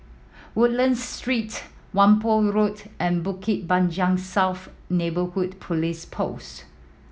Woodlands Street Whampoa Road and Bukit Panjang South Neighbourhood Police Post